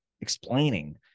explaining